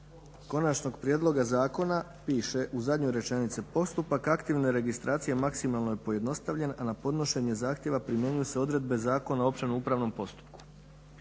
konačnog prijedloga zakona piše u zadnjoj rečenici: "Postupak aktivne registracije maksimalno je pojednostavljen, a na podnošenje zahtjeva primjenjuju se odredbe Zakona o općem upravnom postupku."